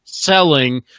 selling